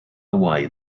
away